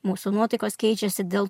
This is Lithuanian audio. mūsų nuotaikos keičiasi dėl